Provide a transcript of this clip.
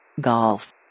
Golf